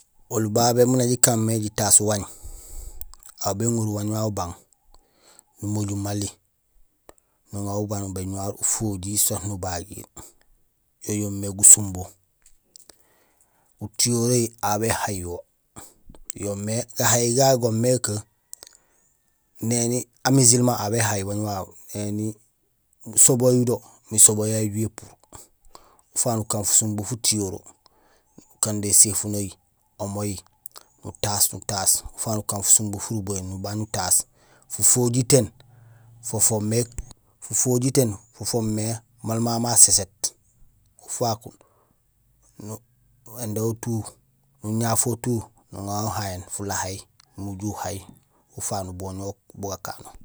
Oli babé miin nak jikaan mé jitaas waañ; aw béŋorul waañ wawu ubang numojul mali nuŋa wo ubang nubéñuwar ufojiir soit ubagiir yo yomé gusumbo. Futiyorehi aw bé haay wo yoomé gahaay ga yoomé que néni amusulman aw béhay waañ wawu néni sobé uyudo, sobé yayu yo béju épuur ufaak nukaan fusumbo futihoree, nukando éséfunohi, omohi nutaas ufaak nukaan fasumbo furubahéén, nubaañ utaas. fufojitéén fo foomé maal mamu ma séséét ufaak nu indé wo tout nuñaf wo tout nuŋa wo uhayéén imbi uju uhay ufaak nubooñ wo bu gakano.